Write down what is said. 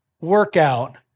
workout